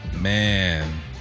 Man